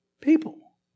people